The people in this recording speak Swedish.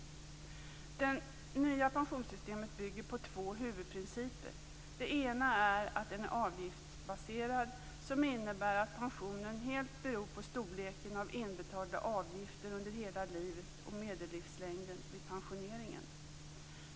Det nya pensionssystemet bygger på två huvudprinciper. Den ena är att den är avgiftsbaserad, vilket innebär att pensionen helt beror på storleken av inbetalda avgifter under hela livet och medellivslängden vid pensioneringen.